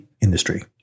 industry